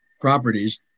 properties